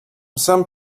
some